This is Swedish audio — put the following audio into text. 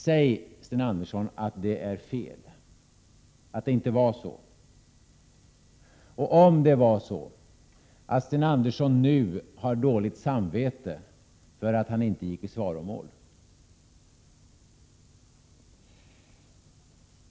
Säg, Sten Andersson, att det är fel, att det inte var så eller — om det nu var så — att Sten Andersson har dåligt samvete för att han inte gick i svaromål!